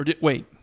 Wait